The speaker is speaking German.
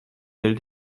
will